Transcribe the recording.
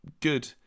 good